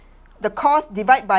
the cost divide by